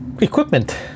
Equipment